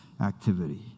activity